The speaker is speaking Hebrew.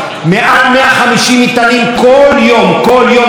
שמפוצצים אותם ב-8:30 9:00,